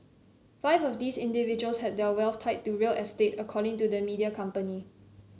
five of these individuals had their wealth tied to real estate according to the media company